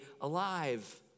alive